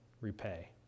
repay